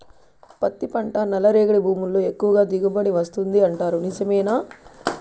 పత్తి పంట నల్లరేగడి భూముల్లో ఎక్కువగా దిగుబడి వస్తుంది అంటారు నిజమేనా